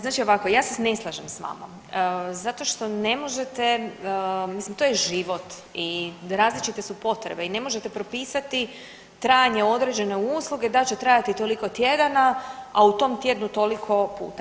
Znači ovako, ja se ne slažem s vama zato što ne možete, mislim to je život i različite su potrebe i ne možete propisati trajanje određene usluge da će trajati toliko tjedana, a u tom tjednu toliko puta.